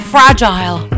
Fragile